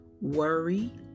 Worry